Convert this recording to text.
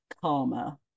karma